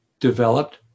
developed